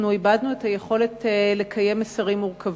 איבדנו את היכולת לקיים מסרים מורכבים.